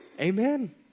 Amen